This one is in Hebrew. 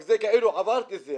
רק שעברתי את זה,